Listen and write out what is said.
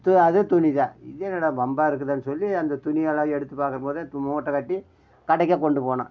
து அதுவும் துணி தான் இது என்னடா வம்பாருக்குதுன்னு சொல்லி அந்த துணியெல்லாம் எடுத்து பார்க்கும் போதே மூட்டை கட்டி கடைக்கு கொண்டு போனோம்